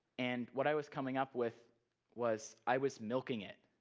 and what i was coming up with was i was milking it.